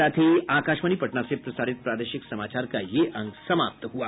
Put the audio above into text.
इसके साथ ही आकाशवाणी पटना से प्रसारित प्रादेशिक समाचार का ये अंक समाप्त हुआ